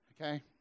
Okay